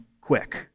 quick